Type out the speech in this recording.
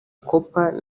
cooper